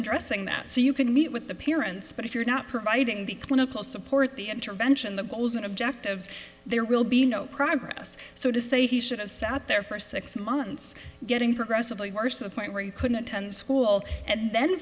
addressing that so you can meet with the parents but if you're not providing the clinical support the intervention the goals and objectives there will be no progress so to say he should have sat there for six months getting progressively worse the point where you couldn't attend school and then